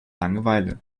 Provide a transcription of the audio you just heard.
langeweile